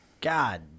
God